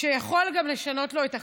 שיכול גם לשנות לו את החיים.